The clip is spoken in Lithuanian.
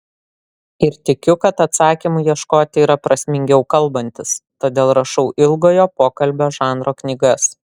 ir tikiu kad atsakymų ieškoti yra prasmingiau kalbantis todėl rašau ilgojo pokalbio žanro knygas